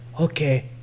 Okay